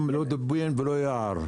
לא דובים ולא יער,